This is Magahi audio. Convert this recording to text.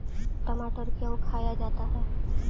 टमाटर क्यों खाया जाता है?